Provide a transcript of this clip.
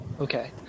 Okay